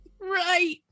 right